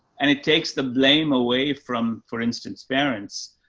and it takes the blame away from, for instance, parents,